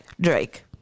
Drake